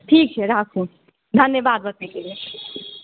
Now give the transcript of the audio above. ठीक छै राखु धन्यवाद बतबैके लेल